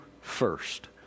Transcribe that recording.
first